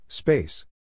Space